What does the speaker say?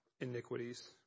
iniquities